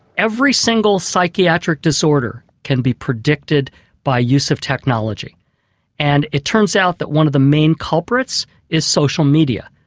every single psychiatric disorder can be predicted by use of technology and it turns out that one of the main culprits is social media.